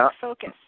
Focus